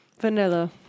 Vanilla